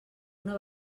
una